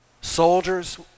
soldiers